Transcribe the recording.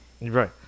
right